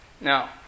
Now